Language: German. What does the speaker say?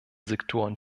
sektoren